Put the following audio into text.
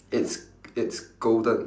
it's it's golden